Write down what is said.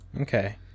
Okay